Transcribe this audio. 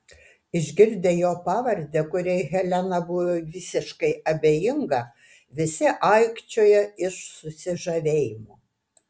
išgirdę jo pavardę kuriai helena buvo visiškai abejinga visi aikčiojo iš susižavėjimo